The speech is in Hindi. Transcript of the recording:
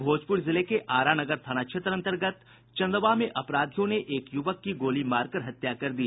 भोजपुर जिले के आरा नगर थाना क्षेत्र अंतर्गत चंदवा में अपराधियों ने एक युवक की गोली मारकर हत्या कर दी